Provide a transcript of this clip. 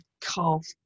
calf